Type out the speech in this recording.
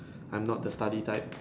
I'm not the study type